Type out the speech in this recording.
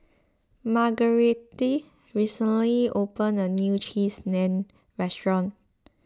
Margarete recently opened a new Cheese Naan restaurant